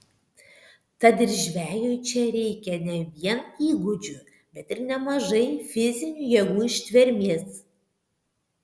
tad ir žvejui čia reikia ne vien įgūdžių bet ir nemažai fizinių jėgų ištvermės